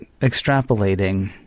extrapolating